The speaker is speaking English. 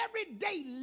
everyday